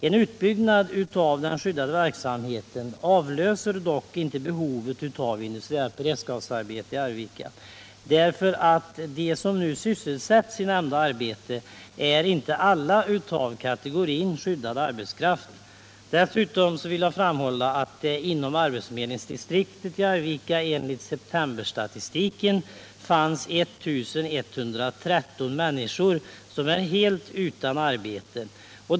En utbyggnad av den skyddade verksamheten minskar dock inte behovet av industriellt beredskapsarbete i Arvika. Alla de som nu sysselsätts i beredskapsarbete tillhör nämligen inte kategorin skyddad arbetskraft. Inom arbetsförmedlingsdistriktet i Arvika fanns det enligt septemberstatistiken 1 113 människor som helt saknade arbete.